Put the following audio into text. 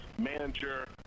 manager